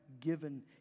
given